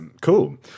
cool